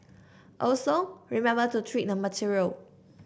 also remember to treat the material